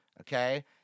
okay